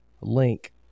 link